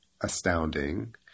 astounding